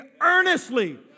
earnestly